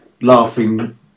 laughing